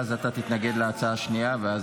ואז אתה תתנגד להצעה השנייה.